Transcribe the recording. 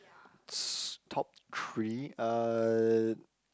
s~ top three uh